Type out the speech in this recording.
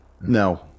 No